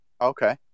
Okay